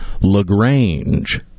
LaGrange